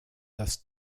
dass